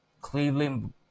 Cleveland